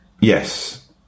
Yes